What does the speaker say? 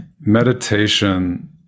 meditation